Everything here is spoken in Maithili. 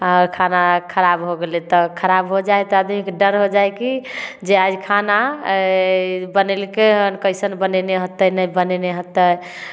आओर खाना खराब हो गेलै तऽ खराब हो जाइ हइ तऽ आदमीके डर हो जाइ हइ कि जे आज खाना बनैलके हन कैसन बनेने हेतै नहि बनेने हेतै